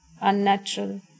unnatural